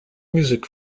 music